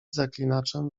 zaklinaczem